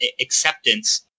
acceptance